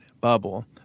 bubble